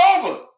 over